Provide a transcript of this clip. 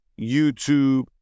YouTube